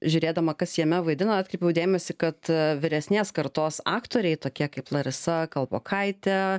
žiūrėdama kas jame vaidina atkreipiau dėmesį kad vyresnės kartos aktoriai tokie kaip larisa kalpokaitė